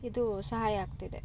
ಇದು ಸಹಾಯ ಆಗ್ತಿದೆ